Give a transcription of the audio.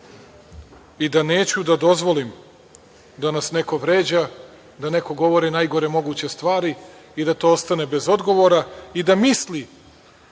i da neću da dozvolim da nas neko vređa, da neko govori najgore moguće stvari i da to ostane bez odgovora i da misli